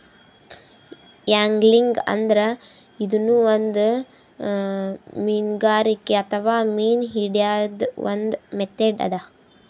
angling ಅಂದ್ರ ಇದೂನು ಒಂದ್ ಮೀನ್ಗಾರಿಕೆ ಅಥವಾ ಮೀನ್ ಹಿಡ್ಯದ್ದ್ ಒಂದ್ ಮೆಥಡ್ ಅದಾ